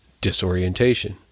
disorientation